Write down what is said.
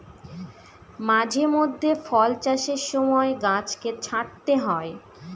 মাঝে মধ্যে ফল চাষের সময় গাছকে ছাঁটতে হয়